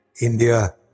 India